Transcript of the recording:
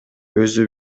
өзү